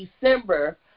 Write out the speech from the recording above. December